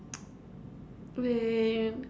man